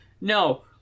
No